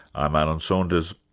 i'm alan saunders,